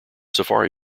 safari